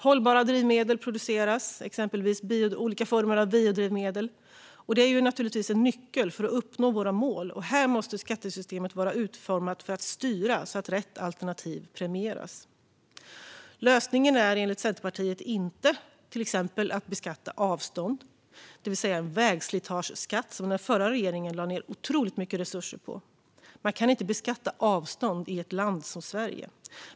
Hållbara drivmedel produceras, exempelvis olika former av biodrivmedel. Det är naturligtvis en nyckel för att uppnå våra mål. Här måste skattesystemet vara utformat för att styra så att rätt alternativ premieras. Lösningen är enligt Centerpartiet inte till exempel att beskatta avstånd, som med den vägslitageskatt som den förra regeringen lade otroligt mycket resurser på. Man kan inte beskatta avstånd i ett land som Sverige.